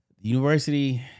University